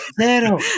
zero